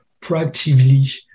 proactively